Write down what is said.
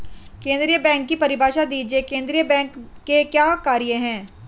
केंद्रीय बैंक की परिभाषा दीजिए केंद्रीय बैंक के क्या कार्य हैं?